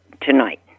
tonight